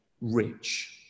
rich